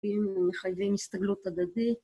‫אם הם מחייבים הסתגלות הדדית.